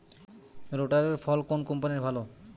রোটারের ফল কোন কম্পানির ভালো?